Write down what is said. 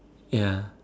ya